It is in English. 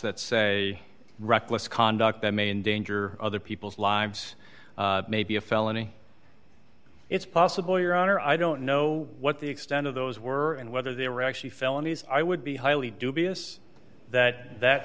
that say reckless conduct that may endanger other people's lives may be a felony it's possible your honor i don't know what the extent of those were and whether they were actually felonies i would be highly dubious that that